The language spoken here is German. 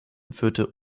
führte